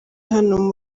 hano